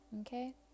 Okay